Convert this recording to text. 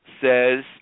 says